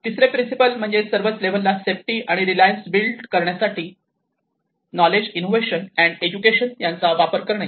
तिसरे प्रिन्सिपल म्हणजे सर्वच लेव्हल ला सेफ्टी आणि रीसायलेन्स बिल्ड करण्यासाठी knowledge innovation and education knowledge innovation and education यांचा वापर करणे